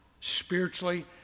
spiritually